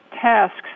tasks